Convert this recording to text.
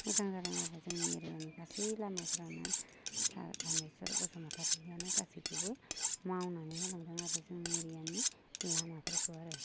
मोजां जादों आरो जोंनि एरियानि गासै लामाफ्रानो सार थानेस्वर बसुमतारीयानो गासैखौबो मावनानै होलांदों आरो जोंनि एरियानि लामाफोरखौ आरो